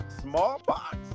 smallpox